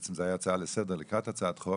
בעצם זו היית הצעה לסדר לקראת הצעת חוק,